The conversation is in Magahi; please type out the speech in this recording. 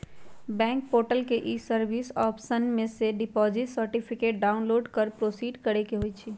बैंक पोर्टल के ई सर्विस ऑप्शन में से डिपॉजिट सर्टिफिकेट डाउनलोड कर प्रोसीड करेके होइ छइ